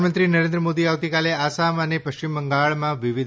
પ્રધાનમંત્રી નરેન્દ્ર મોદી આવતીકાલે આસામ અને પશ્ચિમ બંગાળમાં વિવિધ